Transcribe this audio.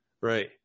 Right